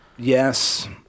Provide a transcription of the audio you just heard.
Yes